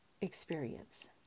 experience